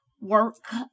work